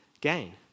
gain